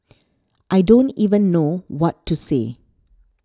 I don't even know what to say